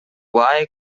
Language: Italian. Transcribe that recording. guai